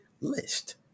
list